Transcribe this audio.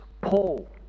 Paul